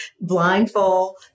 blindfold